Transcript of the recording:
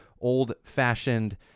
old-fashioned